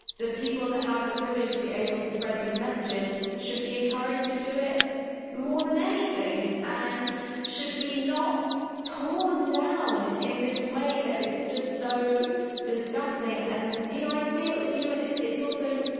the people that have the privilege should be able to spread these messages, should be encouraged to do it more than anything and should be not torn down in this way that is just so disgusting. and, you know, i see it with you and it's also,